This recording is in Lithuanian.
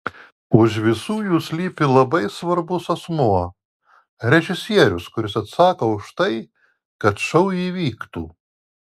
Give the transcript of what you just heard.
už visų jų slypi labai svarbus asmuo režisierius kuris atsako už tai kad šou įvyktų